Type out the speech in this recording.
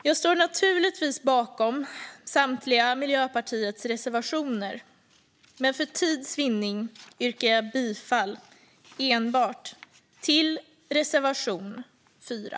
Jag står naturligtvis bakom samtliga Miljöpartiets reservationer, men för tids vinnande yrkar jag bifall endast till reservation 4.